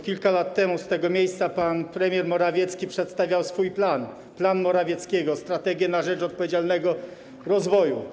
Kilka lat temu z tego miejsca pan premier Morawiecki przedstawiał swój plan, plan Morawieckiego, „Strategię na rzecz odpowiedzialnego rozwoju”